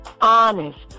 honest